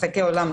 משחקי עולם,